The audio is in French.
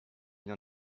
pas